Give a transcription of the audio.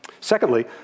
Secondly